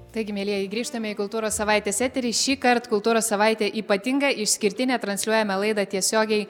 taigi mielieji grįžtame į kultūros savaitės eterį šįkart kultūros savaitė ypatinga išskirtinė transliuojame laidą tiesiogiai